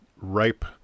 ripe